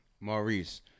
Maurice